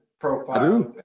profile